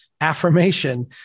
affirmation